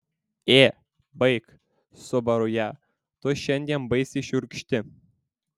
ė baik subaru ją tu šiandien baisiai šiurkšti